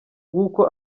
w’uko